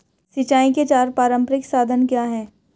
सिंचाई के चार पारंपरिक साधन क्या हैं?